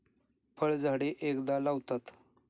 फळझाडे एकदा लावतात